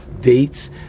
dates